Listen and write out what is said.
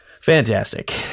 fantastic